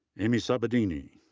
amy sabbadini,